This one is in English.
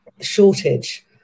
shortage